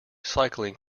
cycling